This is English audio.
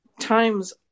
times